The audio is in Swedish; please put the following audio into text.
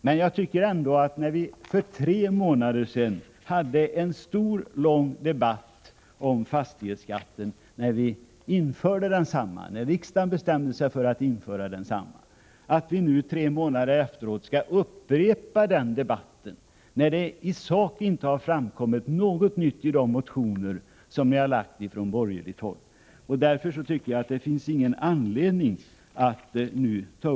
Men för bara tre månader sedan, när riksdagen beslöt införa denna fastighetsskatt, förde vi en lång debatt i frågan. Därför tycker jag inte att vi nu skall upprepa den debatten. I de borgerliga motionerna har det ju i sak inte framkommit något nytt.